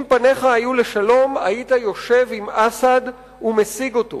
אם פניך היו לשלום, היית יושב עם אסד ומשיג אותו.